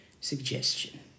suggestion